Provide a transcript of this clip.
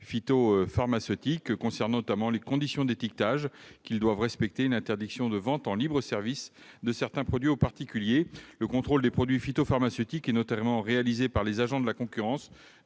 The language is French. phytopharmaceutiques concernant notamment les conditions d'étiquetage qu'ils doivent respecter et l'interdiction de vente en libre-service de certains produits aux particuliers. Le contrôle des produits phytopharmaceutiques est notamment réalisé par les agents de la concurrence,